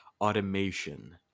automation